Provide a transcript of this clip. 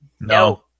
No